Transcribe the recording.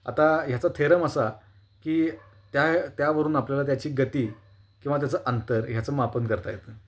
आता ह्याचा थेरम असा की त्या त्यावरून आपल्याला त्याची गती किंवा त्याचं अंतर ह्याचं मापन करता येतं